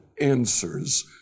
answers